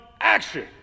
action